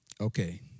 Okay